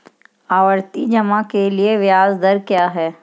आवर्ती जमा के लिए ब्याज दर क्या है?